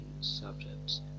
subjects